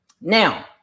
Now